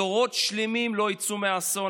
ויש לזה כמה סיבות טובות: